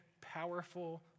powerful